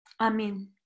Amen